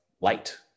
light